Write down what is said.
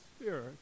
Spirit